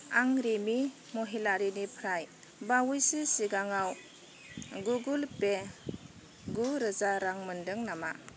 आं रिमि महिलारिनिफ्राय बावैसो सिगाङव गुगोल पे गु रोजा रां मोनदों नामा